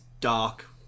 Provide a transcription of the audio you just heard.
dark